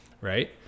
right